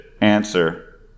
answer